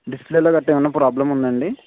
డిస్ప్లేలో గట్రా ఏమైనా ప్రాబ్లెమ్ ఉందా అండీ